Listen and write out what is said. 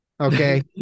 okay